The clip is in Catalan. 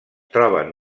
troben